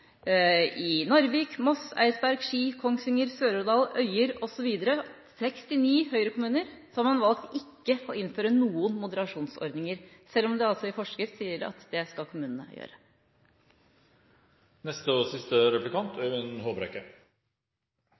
I Narvik, Moss, Eidsberg, Ski, Kongsvinger, Sør-Odal, Øyer osv. – 69 Høyre-kommuner – har man valgt ikke å innføre noen moderasjonsordninger, selv om det altså i forskrift sies at det skal kommunene gjøre.